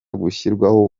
gushyirwaho